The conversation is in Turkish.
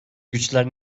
güçler